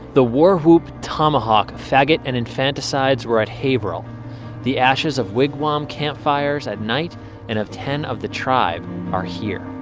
the war whoop tomahawk faggot and infanticides were at haverhill the ashes of wigwam-camp-fires at night and of ten of the tribe are here